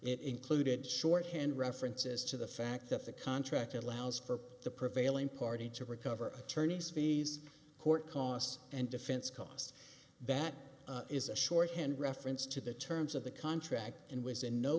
it included shorthand references to the fact that the contract allows for the prevailing party to recover attorney's fees court costs and defense costs that is a shorthand reference to the terms of the contract and was in no